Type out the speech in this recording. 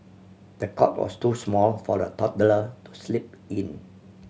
the cot was too small for the toddler to sleep in